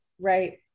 Right